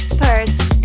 first